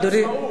בגלל העצמאות.